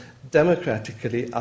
democratically